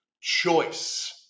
choice